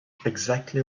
exactly